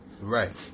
Right